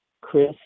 Chris